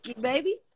baby